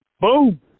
Boom